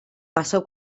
pasó